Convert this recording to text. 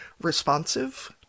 responsive